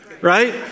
right